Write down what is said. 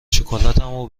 شکلاتمو